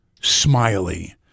Smiley